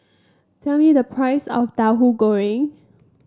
tell me the price of Tauhu Goreng